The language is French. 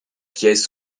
pièces